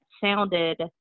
sounded